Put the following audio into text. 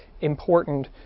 important